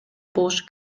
болушу